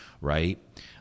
right